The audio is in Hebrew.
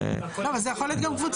לא, אבל זה יכול להיות גם קבוצתי.